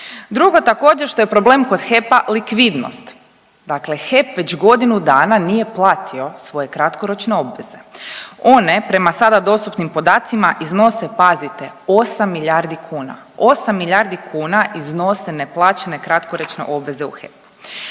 Drugo također što je problem kod HEP-a likvidnost, dakle HEP već godinu dana nije platio svoje kratkoročne obveze. One prema sada dostupnim podacima iznose pazite 8 milijardi kuna. 8 milijardi kuna iznose neplaćene kratkoročne obveze u HEP-u.